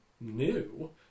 new